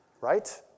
right